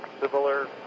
similar